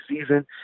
season